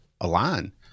align